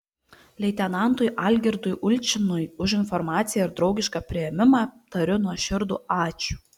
leitenantui algirdui ulčinui už informaciją ir draugišką priėmimą tariu nuoširdų ačiū